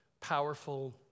powerful